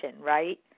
right